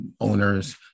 owners